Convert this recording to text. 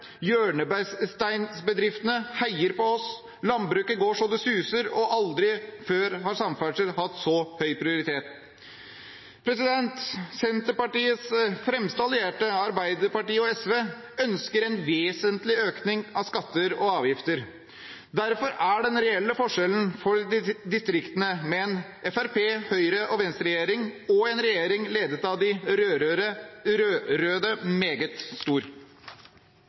Hjørnesteinsbedriftene heier på oss, landbruket går så det suser, og aldri før har samferdsel hatt så høy prioritet. Senterpartiets fremste allierte, Arbeiderpartiet og SV, ønsker en vesentlig økning av skatter og avgifter. Derfor er den reelle forskjellen for distriktene mellom en Fremskrittsparti-, Høyre- og Venstre-regjering og en regjering ledet av de rød-røde, meget stor.